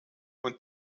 und